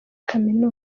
kaminuza